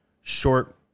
Short